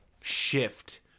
shift